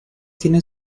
tiene